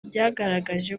byagaragaje